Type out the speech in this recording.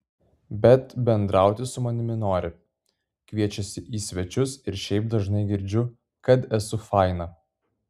bet bendrauti su manimi nori kviečiasi į svečius ir šiaip dažnai girdžiu kad esu faina